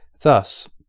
Thus